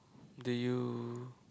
do you